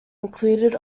included